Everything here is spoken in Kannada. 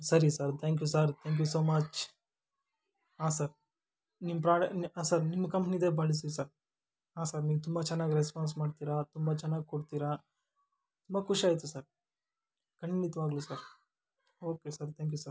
ಸರಿ sir thank you sir thank you so much ಹಾಂ ಸರ್ ನಿಮ್ಮ ಪ್ರಾಡ ಹಾಂ ಸರ್ ನಿಮ್ಮ ಕಂಪ್ನಿದೇ ಬಳಸಿ ಸರ್ ಹಾಂ ಸರ್ ನೀವು ತುಂಬ ಚೆನ್ನಾಗಿ ರೆಸ್ಪಾನ್ಸ್ ಮಾಡ್ತೀರ ತುಂಬ ಚೆನ್ನಾಗಿ ಕೊಡ್ತೀರ ತುಂಬ ಖುಷಿಯಾಯಿತು ಸರ್ ಖಂಡಿತವಾಗಲೂ sir okay sir thank you sir